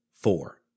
four